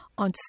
on